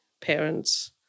parents